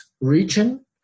region